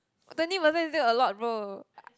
twenty percent still a lot bro